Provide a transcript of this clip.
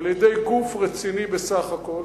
על-ידי גוף רציני בסך הכול,